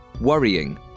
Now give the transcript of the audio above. worrying